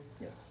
Yes